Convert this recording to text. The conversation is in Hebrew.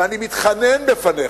ואני מתחנן בפניך,